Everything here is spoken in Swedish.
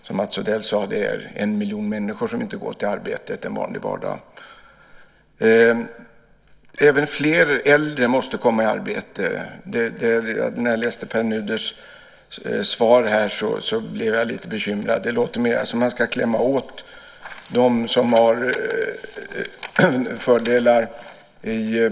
Som Mats Odell sade är det en miljon människor som inte går till arbetet en vanlig vardag. Även fler äldre måste komma i arbete. När jag läste Pär Nuders svar här blev jag lite bekymrad. Det lät som om man ska klämma åt dem som har fördelar.